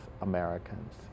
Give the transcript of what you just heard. Americans